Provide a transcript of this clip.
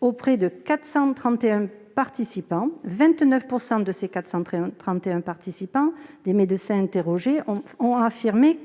auprès de 431 participants, 29 % des médecins interrogés ont affirmé